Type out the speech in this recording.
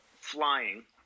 flying